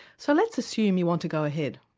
so let's assume you want to go ahead,